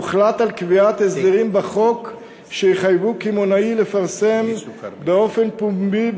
הוחלט על קביעת הסדרים בחוק שיחייבו קמעונאי לפרסם באופן פומבי,